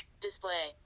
Display